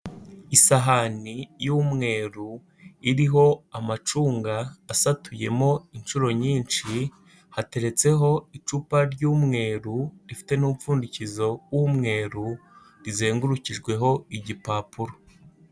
Isahani y'umweru iriho amacunga asatuyemo inshuro nyinshi hateretseho icupa ry'umweru rifite n'umupfundikizo w'umweru rizengurukijweho igipapuro.